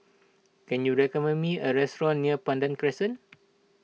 can you recommend me a restaurant near Pandan Crescent